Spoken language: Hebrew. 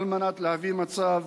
על מנת להביא מצב